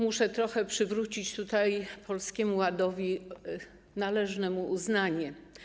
Muszę trochę przywrócić tutaj Polskiemu Ładowi należne mu uznanie.